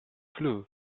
flue